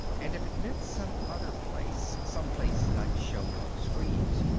and if it meant some other place, some place not shown on the screens,